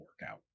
workout